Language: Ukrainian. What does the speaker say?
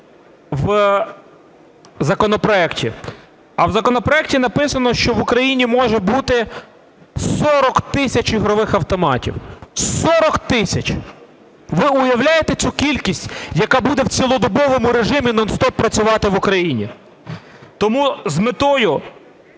в законопроекті. А в законопроекті написано, що в Україні може бути 40 тисяч ігрових автоматів. 40 тисяч! Ви уявляєте цю кількість, яка буде в цілодобовому режимі нон-стоп працювати в Україні? Тому з метою